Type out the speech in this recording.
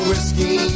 Whiskey